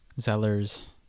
Zeller's